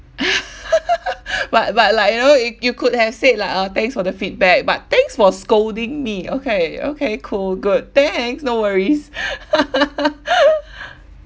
but but like you know you you could have said like oh thanks for the feedback but thanks for scolding me okay okay cool good thanks no worries